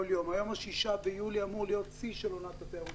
היום 6 ביולי אמור להיות שיא של עונת התיירות,